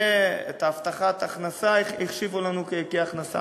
ואת הבטחת ההכנסה החשיבו לנו כהכנסה,